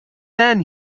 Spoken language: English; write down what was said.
then